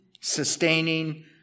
sustaining